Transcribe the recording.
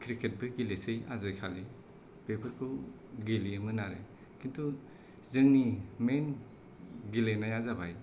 cricket बो गेलेसै आजिखालि बेफोरखौ गेलेयोमोन आरो खिन्थु जोंनि मेइन गेलेनाया जाबाय